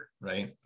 right